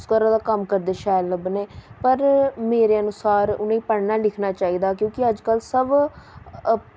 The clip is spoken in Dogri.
तुस घरा दा कम्म करदे शैल लब्भने पर मेरे अनुसार उ'नें ई पढ़ना लिखना चाहिदा क्योंकि अज्ज कल सब